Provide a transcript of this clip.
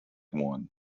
one